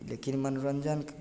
लेकिन मनोरञ्जनके